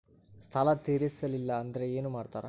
ಸಾಲ ತೇರಿಸಲಿಲ್ಲ ಅಂದ್ರೆ ಏನು ಮಾಡ್ತಾರಾ?